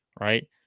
right